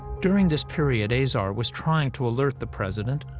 during this period, azar was trying to alert the president,